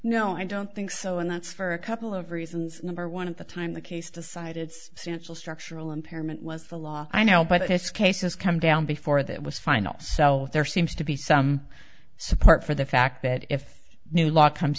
no i don't think so and that's for a couple of reasons number one of the time the case decided substantial structural impairment was the law i know but this case has come down before that was final so there seems to be some support for the fact that if new law comes